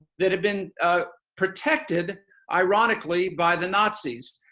that had been ah protected ironically by the nazis.